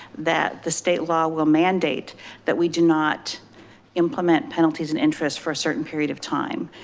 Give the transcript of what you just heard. that the state law will mandate that we do not implement penalties and interest for a certain period of time.